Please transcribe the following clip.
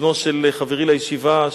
בנו של חברי לישיבה,